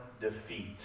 defeat